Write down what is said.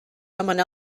someone